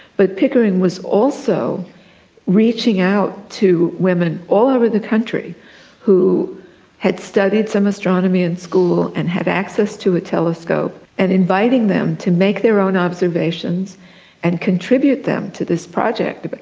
but pickering was also reaching out to women all over the country who had studied some astronomy at and school and had access to a telescope, and inviting them to make their own observations and contribute them to this project, but